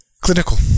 Clinical